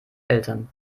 eltern